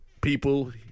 people